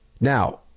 Now